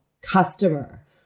customer